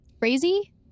crazy